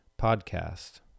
podcast